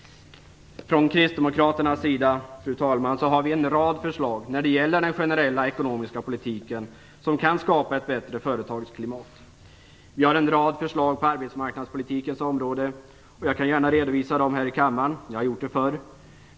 Från kristdemokraternas sida har vi en rad förslag när det gäller den generella ekonomiska politiken som kan skapa ett bättre företagsklimat. Vi har en rad förslag på arbetsmarknadspolitikens område. Jag kan gärna redovisa dem här i kammaren. Jag har gjort det förr.